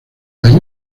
las